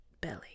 belly